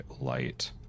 light